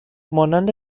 مانند